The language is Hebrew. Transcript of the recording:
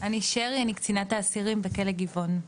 אני שרי, אני קצינת האסירים בכלא גבעון.